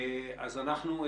אז אנחנו,